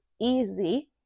easy